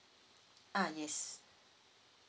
ah yes